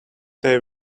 they